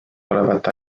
olevate